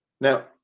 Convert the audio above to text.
Now